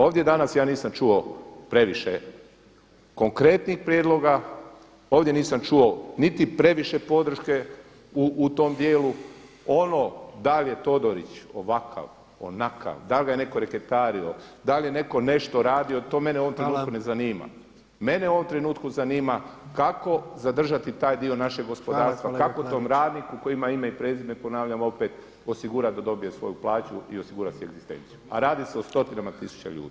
Ovdje danas ja nisam čuo previše konkretnih prijedloga, ovdje nisam čuo niti previše podrške u tom dijelu, ono da li je Todorić ovakav, onakav, da li ga je netko reketario, da li je neko nešto radio, to mene u ovom trenutku ne zanima [[Upadica Jandroković: Hvala.]] Mene u ovom trenutku zanima kako zadržati taj dio našeg gospodarstva, kako tom radniku koji ima ime i prezime, ponavljam opet osigurati da dobije svoju plaću i osigura si egzistenciju, a radi se o stotinama tisuća ljudi.